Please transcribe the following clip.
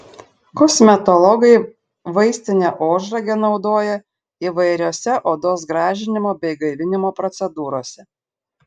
kosmetologai vaistinę ožragę naudoja įvairiose odos gražinimo bei gaivinimo procedūrose